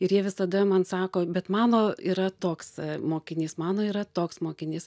ir jie visada man sako bet mano yra toks mokinys mano yra toks mokinys